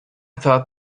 thought